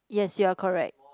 yes you are correct